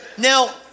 Now